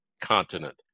continent